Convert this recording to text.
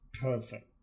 Perfect